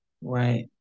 right